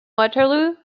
waterloo